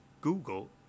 Google